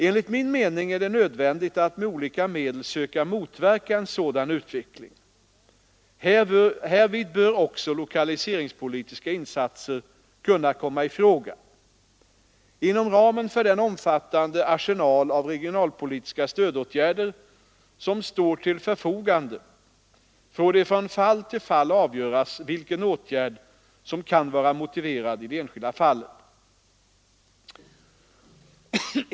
Enligt min mening är det nödvändigt att med olika medel söka motverka en sådan utveckling. Härvid bör också lokaliseringspolitiska insatser kunna komma i fråga. Inom ramen för den omfattande arsenal av regionalpolitiska stödåtgärder som står till förfogande får det från fall till fall avgöras vilken åtgärd som kan vara motiverad i det enskilda fallet.